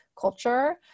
culture